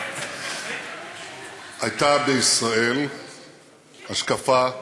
הייתה בישראל השקפה אחרת,